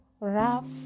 rough